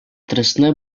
trestné